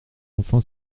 enfin